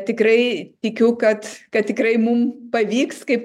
tikrai tikiu kad kad tikrai mum pavyks kaip